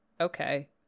okay